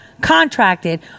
contracted